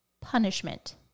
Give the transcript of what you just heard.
punishment